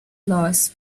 laws